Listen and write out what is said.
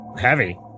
heavy